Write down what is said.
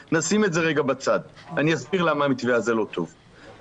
אני אסביר למה המתווה הזה לא טוב מבחינתנו,